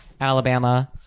Alabama